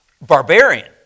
Barbarian